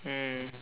mm